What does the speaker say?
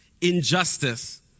injustice